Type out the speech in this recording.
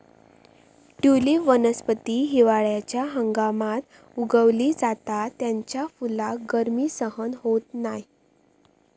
tulip वनस्पती हिवाळ्याच्या हंगामात उगवली जाता त्याच्या फुलाक गर्मी सहन होत नाय